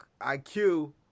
IQ